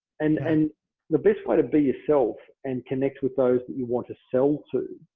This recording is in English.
and and the best way to be yourself and connect with those that you want to sell to,